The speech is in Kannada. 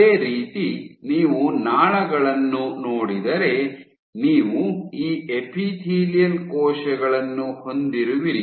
ಅದೇ ರೀತಿ ನೀವು ನಾಳಗಳನ್ನು ನೋಡಿದರೆ ನೀವು ಈ ಎಪಿಥೇಲಿಯಲ್ ಕೋಶಗಳನ್ನು ಹೊಂದಿರುವಿರಿ